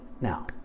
now